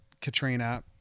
Katrina